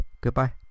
Goodbye